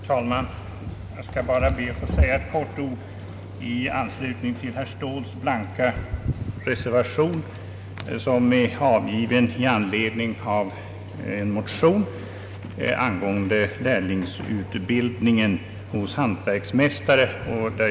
Herr talman! Jag skall be att få säga några ord i anslutning till herr Ståhls blanka reservation, som avgivits i anledning av motioner angående lärlingsutbildningen hos hantverksmästare.